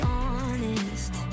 honest